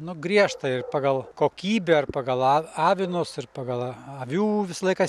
nu griežtą ir pagal kokybę ir pagal av avinus ir pagal avių visą laiką